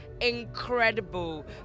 incredible